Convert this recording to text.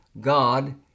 God